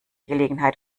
gelegenheit